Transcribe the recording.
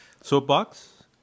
soapbox